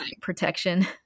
protection